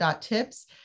Tips